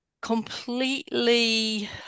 completely